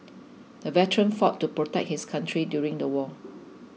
the veteran fought to protect his country during the war